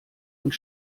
und